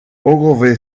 ogilvy